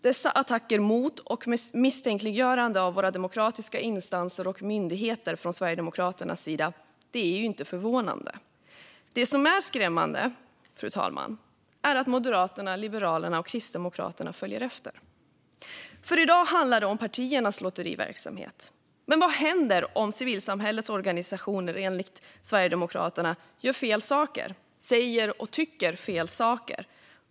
Dessa attacker mot och misstänkliggörande av våra demokratiska instanser och myndigheter från Sverigedemokraternas sida är inte förvånande. Det som är skrämmande, fru talman, är att Moderaterna, Liberalerna och Kristdemokraterna följer efter. I dag handlar det om partiernas lotteriverksamhet. Men vad händer om civilsamhällets organisationer enligt Sverigedemokraterna gör fel saker och säger och tycker fel saker?